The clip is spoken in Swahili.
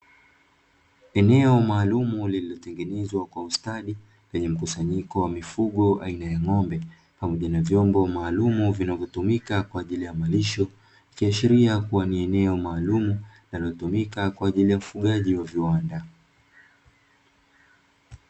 Eneo maalumu lililotengenezwa kwa ustadi lenye mkusanyiko wa mifugo aina ya ngo'mbe pamoja na vyombo maalumu vinavyotumika kwa ajili ya malisho, ikiashiria kuwa ni eneo maalumu linalotuka kwa ajili ya ufugaji wa viwanda.